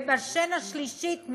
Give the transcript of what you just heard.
ובשן השלישית,